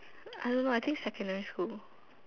I don't know leh I think secondary school